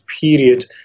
period